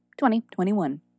2021